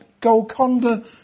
Golconda